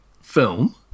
film